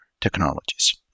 technologies